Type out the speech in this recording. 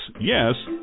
yes